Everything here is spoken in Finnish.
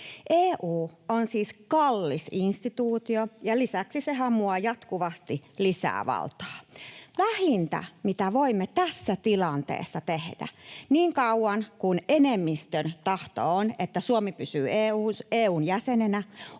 EU on siis kallis instituutio, ja lisäksi se hamuaa jatkuvasti lisää valtaa. Vähintä, mitä voimme tässä tilanteessa tehdä — niin kauan kuin enemmistön tahto on, että Suomi pysyy EU:n jäsenenä